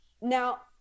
Now